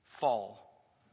fall